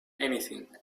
anything